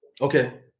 Okay